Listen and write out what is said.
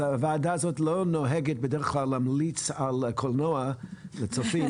הוועדה הזאת לא נוהגת בדרך כלל להמליץ על קולנוע לצופים,